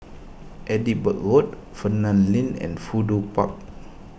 Edinburgh Road Fernvale Link and Fudu Park